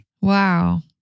Wow